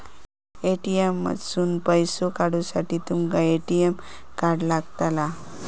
ATM मधसून पैसो काढूसाठी तुमका ए.टी.एम कार्ड लागतला